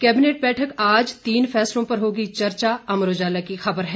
cabinet बैठक आज तीन फैसलों पर होगी चर्चा अमर उजाला की खबर है